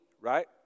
right